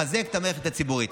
לחזק את המערכת הציבורית.